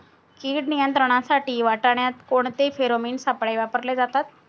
कीड नियंत्रणासाठी वाटाण्यात कोणते फेरोमोन सापळे वापरले जातात?